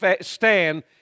stand